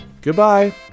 Goodbye